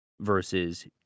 versus